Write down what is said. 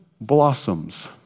blossoms